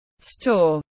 Store